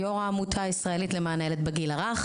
יו״ר העמותה הישראלית למען הילד בגיל הרך.